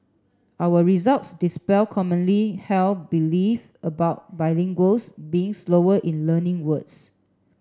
our results dispel commonly held belief about bilinguals being slower in learning words